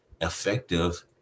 effective